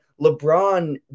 LeBron